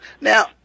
Now